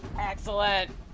Excellent